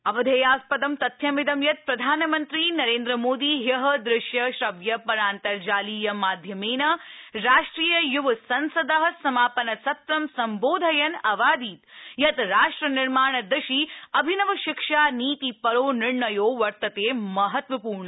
अवधेयास्पदं तथ्यमिदं यत् प्रधानमन्त्री नरेन्द्रमोदी ह्य दृश्य श्रव्य परान्तर्जालीय माध्यमेन राष्ट्रियय्वसंसद समापनसत्रं सम्बोधयन् अवादीत् यत् राष्ट्रनिर्माणदिशि अभिनवशिक्षानीतिपरो निर्णयो वर्तते महत्वपूर्ण